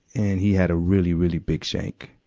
and he had a really, really big shank.